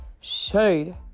Shade